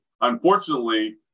unfortunately